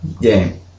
game